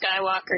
Skywalker